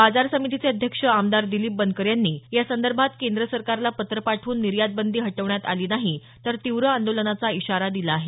बाजार समितीचे अध्यक्ष आमदार दिलीप बनकर यांनी यासंदर्भात केंद्र सरकारला पत्र पाठवून निर्यात बंदी हटवण्यात आली नाही तर तीव्र आंदोलनाचा इशारा दिला आहे